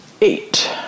Eight